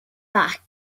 back